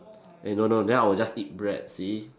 eh no no then I will just eat bread see